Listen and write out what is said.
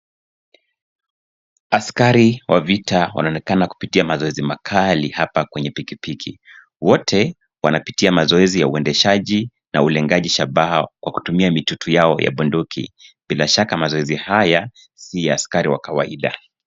Askari wa vita wanaonekana kupitia mazoezi makali hapa kwenye pikipiki. Wote wanapitia mazoezi ya uendeshaji na ulengaji shabaha kwa kutumia mitutu yao ya bunduki. Bila shaka mazoezi haya, si ya askari wa kawaida.